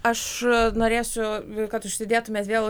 aš norėsiu kad užsidėtumėt vėl